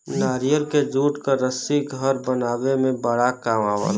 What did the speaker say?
नारियल के जूट क रस्सी घर बनावे में बड़ा काम आवला